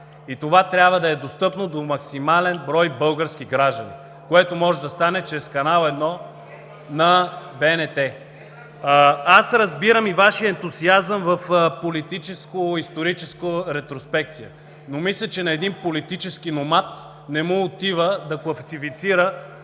това трябва да е достъпно до максимален брой български граждани, което може да стане чрез Канал 1 на БНТ. Разбирам и Вашия ентусиазъм в политическо-историческа ретроспекция, но мисля, че на един политически номад не му отива да класифицира